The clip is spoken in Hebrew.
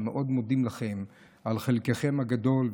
שמאוד מודים לכם על חלקכם הגדול.